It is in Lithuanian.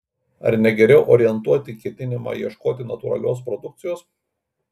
ar ne geriau orientuoti ketinimą ieškoti natūralios produkcijos